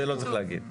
זה לא צריך להגיד.